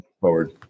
forward